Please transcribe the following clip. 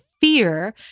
fear